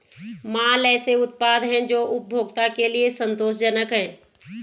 माल ऐसे उत्पाद हैं जो उपभोक्ता के लिए संतोषजनक हैं